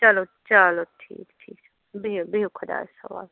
چلو چلو ٹھیٖک ٹھیٖک چھُ بِہِو بِہِو خۄدایَس حوال